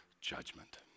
judgment